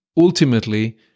Ultimately